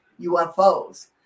UFOs